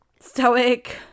stoic